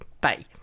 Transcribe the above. Bye